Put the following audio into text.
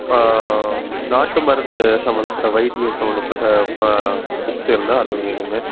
நாட்டு மருந்து சம்பந்தப்பட்ட வைத்தியம் சம்பந்தப்பட்ட பா புக்ஸ் இருந்தால் அதுவும் வேணுங்க